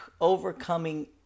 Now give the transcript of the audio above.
overcoming